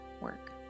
work